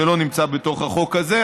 זה לא נמצא בתוך החוק הזה,